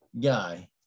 guy